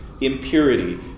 impurity